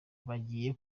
bagiye